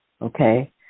okay